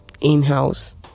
in-house